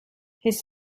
his